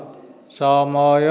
ସମୟ